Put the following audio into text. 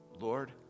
lord